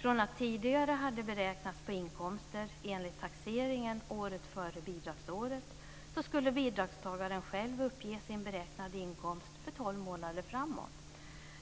Från att bidraget tidigare hade beräknats på inkomster enligt taxeringen året före bidragsåret skulle bidragstagaren själv uppge sin beräknade inkomst för tolv månader framåt.